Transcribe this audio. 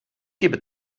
gebe